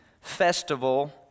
festival